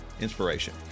inspiration